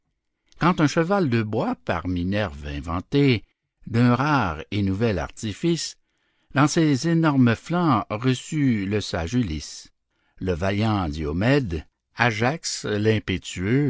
quand un cheval de bois par minerve inventé d'un rare et nouvel artifice dans ses énormes flancs reçut le sage ulysse le vaillant diomède ajax